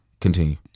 Continue